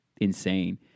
insane